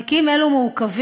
תיקים כאלה מורכבים,